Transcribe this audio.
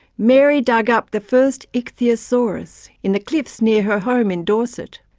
mary dug up the first ichthyosaurus, in the cliffs near her home in dorset.